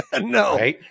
No